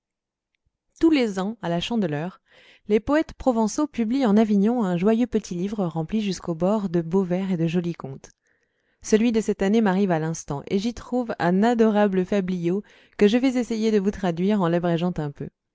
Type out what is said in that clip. tous les ans à la chandeleur les poètes provençaux publient en avignon un joyeux petit livre rempli jusqu'aux bords de beaux vers et de jolis contes celui de cette année m'arrive à l'instant et j'y trouve un adorable fabliau que je vais essayer de vous traduire en l'abrégeant un peu